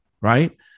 right